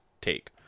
take